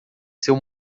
seu